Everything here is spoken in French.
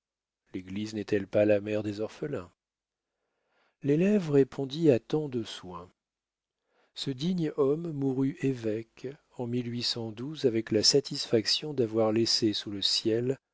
l'église n'est-elle pas la mère des orphelins l'élève répondit à tant de soins ce digne homme mourut évêque en avec la satisfaction d'avoir laissé sous le ciel